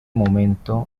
momentos